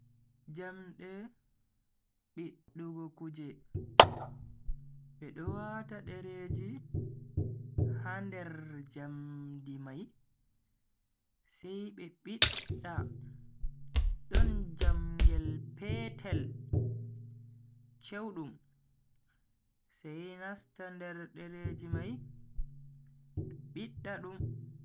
Jamde biddugo kuje. bedo wata dereeji ha nder jamdi mai sai be bidda don jamngel petel chewdum sai nasta nder dereeji mai bidda dum.